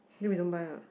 then we don't buy what